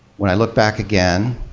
when i look back again,